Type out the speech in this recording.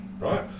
Right